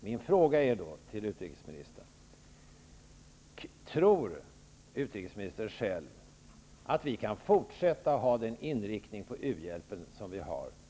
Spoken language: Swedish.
Min fråga till utrikesministern är: Tror utrikesministern själv att vi kan fortsätta att ha den inriktning på u-hjälpen som vi har?